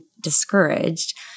discouraged